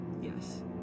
Yes